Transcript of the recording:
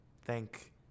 Thank